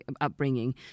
upbringing